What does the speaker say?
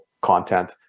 content